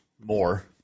more